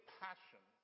passion